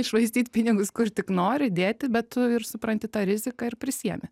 iššvaistyt pinigus kur tik nori dėti bet tu ir supranti tą riziką ir prisiėmi